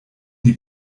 die